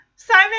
Simon